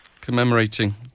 Commemorating